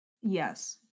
Yes